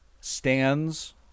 stands